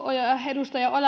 edustaja